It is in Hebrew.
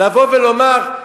לבוא ולומר,